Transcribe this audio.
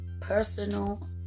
personal